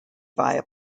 via